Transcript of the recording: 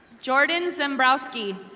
jordon zimbrowski.